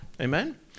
Amen